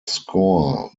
score